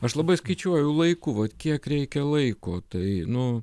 aš labai skaičiuoju laiku vat kiek reikia laiko tai nu